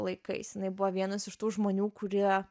laikais jinai buvo vienas iš tų žmonių kurie